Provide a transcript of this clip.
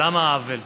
למה עוול?